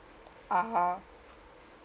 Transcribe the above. (uh huh)